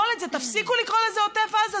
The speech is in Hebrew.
תפסיקו לקרוא לזה עוטף עזה,